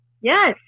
Yes